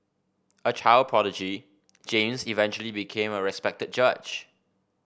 a child prodigy James eventually became a respected judge